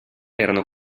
erano